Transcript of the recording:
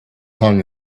hung